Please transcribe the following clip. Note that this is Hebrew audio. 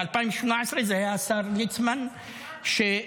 ב-2018 זה היה השר ליצמן שתמך,